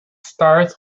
stars